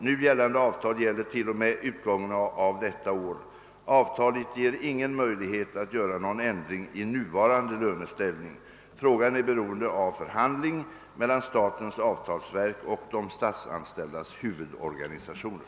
Nu gällande avtal gäller t.o.m. utgången av detta år. Avtalet ger ingen möjlighet att göra någon ändring i nuvarande löneställning. Frågan är beroende av förhandling mellan statens avtalsverk och de statsanställdas huvudorganisationer.